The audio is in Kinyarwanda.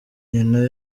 nyina